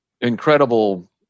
incredible